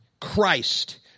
Christ